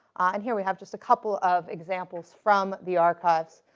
and here we have just a couple of examples from the archives.